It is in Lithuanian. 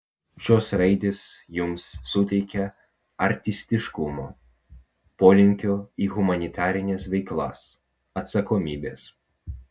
šios raidės jums suteikia artistiškumo polinkio į humanitarines veiklas atsakomybės